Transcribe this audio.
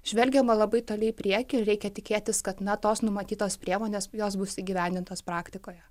žvelgiama labai toli į priekį ir reikia tikėtis kad na tos numatytos priemonės jos bus įgyvendintos praktikoje